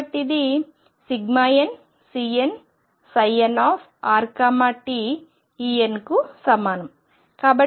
కాబట్టి ఇది nCnnrtEn కు సమానం